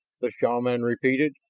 the shaman repeated.